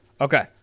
Okay